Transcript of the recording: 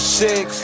six